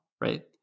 right